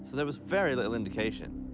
there was very little indication.